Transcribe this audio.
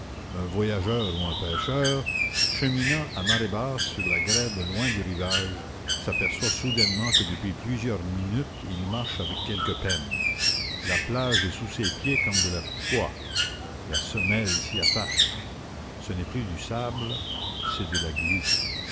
un voyageur ou un pêcheur cheminant à marée basse sur la grève loin du rivage s'aperçoit soudainement que depuis plusieurs minutes il marche avec quelque peine la plage est sous ses pieds comme de la poix la semelle s'y attache ce n'est plus du sable c'est de la glu